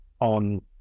on